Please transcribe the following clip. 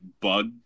bug